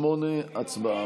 שר לא.